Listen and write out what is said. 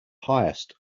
highest